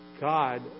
God